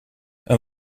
een